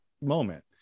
moment